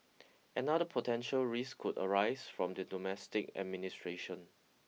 another potential risk could arise from the domestic administration